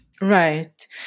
Right